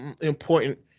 important